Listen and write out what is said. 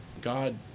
God